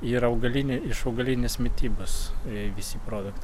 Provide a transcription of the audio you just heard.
yra augalinė iš augalinės mitybos i visi produktai